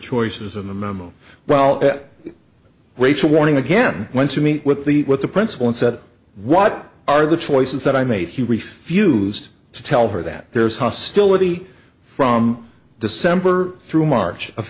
choices in the memo well rachel warning again went to meet with the with the principal and said what are the choices that i made he refused to tell her that there's hostility from december through march of